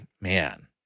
man